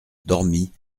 dormi